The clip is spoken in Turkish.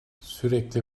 sürekli